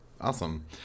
Awesome